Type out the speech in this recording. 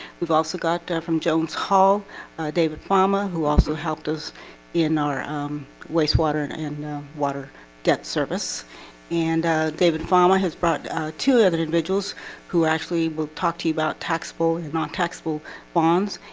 we've also got from jones hall david palmer who also helped us in our um wastewater and and water debt service and david varma has brought two other individuals who actually will talk to you about taxable and non-taxable bonds,